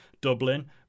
dublin